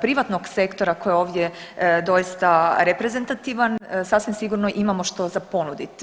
privatnog sektora koji je ovdje doista reprezentativan sasvim sigurno imamo što za ponudit.